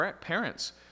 parents